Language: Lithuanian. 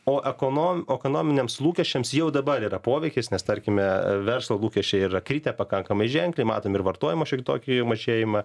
o ekonom ekonominiams lūkesčiams jau dabar yra poveikis nes tarkime verslo lūkesčiai yra kritę pakankamai ženkliai matome ir vartojimo šiokį tokį mažėjimą